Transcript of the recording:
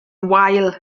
wael